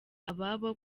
ababo